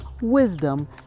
wisdom